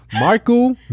Michael